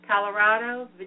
Colorado